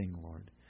Lord